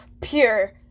pure